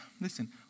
listen